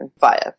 via